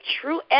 true